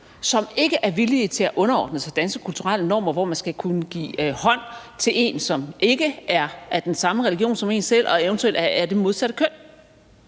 som ikke er villige til at underordne sig danske kulturelle normer, hvor man skal kunne give hånd til en, som ikke er af den samme religion som en selv, og eventuelt er af det modsatte køn.